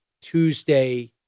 Tuesday